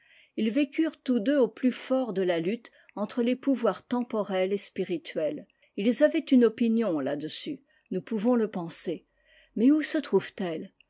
ils vécurent tous deux au plus fort de la lutte entre les pouvoirs temporel et spirituel ils avaient une opinion là-dessus nous pouvons le penser mais où se trouve-t-elle